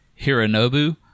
Hironobu